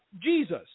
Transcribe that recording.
Jesus